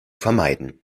vermeiden